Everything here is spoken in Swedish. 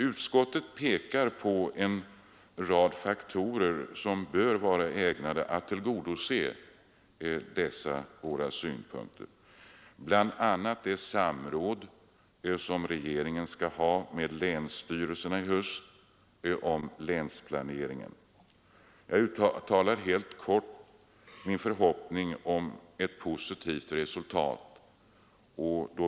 Utskottet pekar på en rad faktorer som bör vara ägnade att tillgodose våra synpunkter, bl.a. de samråd som regeringen skall ha med länstyrelserna i höst om länsplaneringen. Jag uttalar helt kort min förhoppning om ett positivt resultat.